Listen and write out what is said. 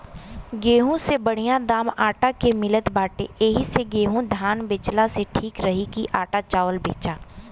गेंहू से बढ़िया दाम आटा के मिलत बाटे एही से गेंहू धान बेचला से ठीक रही की आटा चावल बेचा